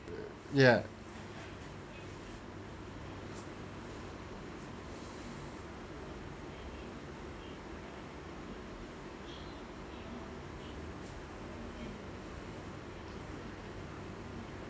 yeah